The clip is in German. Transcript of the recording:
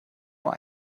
mal